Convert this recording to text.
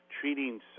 treating